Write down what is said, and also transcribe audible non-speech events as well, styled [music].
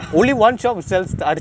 [noise]